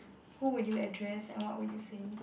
who will you address and what would you say